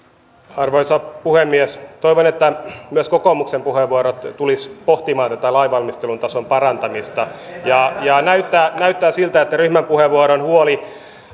arvoisa puhemies toivon että myös kokoomuksen puheenvuorot tulisivat pohtimaan tätä lainvalmistelun tason parantamista näyttää näyttää siltä että ryhmäpuheenvuoron huoli